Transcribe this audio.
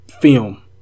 film